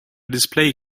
display